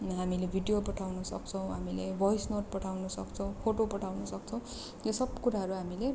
अनि हामीले भिडियो पठाउन सक्छौँ हामीले भोइस नोट पठाउन सक्छौँ फोटो पठाउन सक्छौँ यो सब कुराहरू हामीले